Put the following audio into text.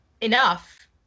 enough